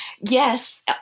yes